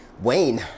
Wayne